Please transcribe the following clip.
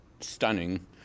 stunning